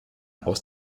aus